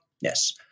Yes